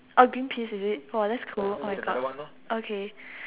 oh green peas is it !wah! that's cool oh my god okay